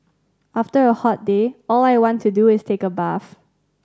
after a hot day all I want to do is take a bath